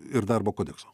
ir darbo kodeksu